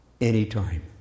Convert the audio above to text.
anytime